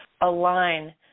align